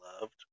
loved